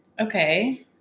okay